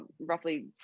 roughly